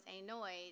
annoyed